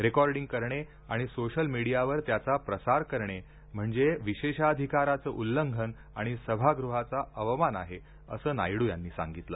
recording करणे आणि social मीडियावर त्याचा प्रसार करणे म्हणजे विशेषाधिकाराचं उल्लंघन आणि सभागृहाचा अवमान आहे असं नायडू यांनी सांगितलं